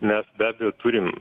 mes be abejo turim